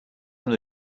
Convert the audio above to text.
from